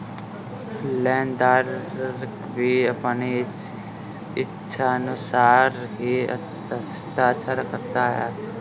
लेनदार भी अपनी इच्छानुसार ही हस्ताक्षर करता है